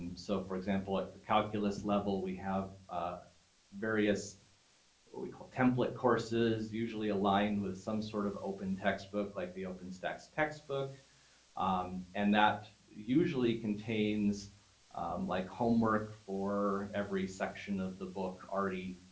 and so for example like the calculus level, we have ah various but we call template courses, usually aligned with some sort of open textbook, like the openstax textbook um and that usually contains like homework for every section of the book already,